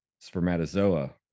spermatozoa